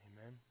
Amen